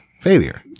failure